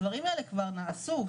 הדברים האלה כבר נעשו.